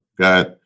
Got